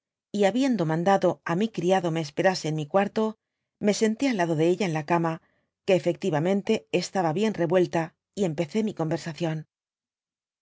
y habiendo mandado á mi criado me esperase en mi cuarto me senté al lado de ella en la cama que efectivamente estaba bien revuelto y empezó mi conversación